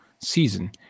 season